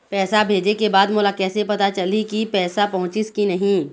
पैसा भेजे के बाद मोला कैसे पता चलही की पैसा पहुंचिस कि नहीं?